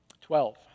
Twelve